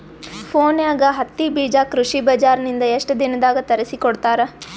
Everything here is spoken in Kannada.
ಫೋನ್ಯಾಗ ಹತ್ತಿ ಬೀಜಾ ಕೃಷಿ ಬಜಾರ ನಿಂದ ಎಷ್ಟ ದಿನದಾಗ ತರಸಿಕೋಡತಾರ?